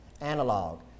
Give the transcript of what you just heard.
analog